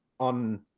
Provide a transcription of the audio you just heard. on